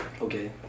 okay